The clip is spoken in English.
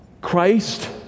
Christ